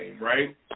right